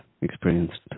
experienced